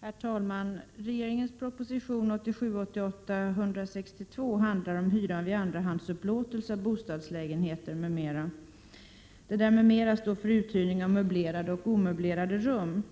Herr talman! Regeringens proposition 1987/88:162 handlar om hyran vid andrahandsupplåtelse av bostadslägenheter m.m., där ”m.m.” står för uthyrning av möblerade och omöblerade rum.